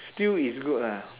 still is good lah